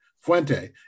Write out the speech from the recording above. Fuente